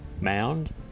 mound